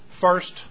first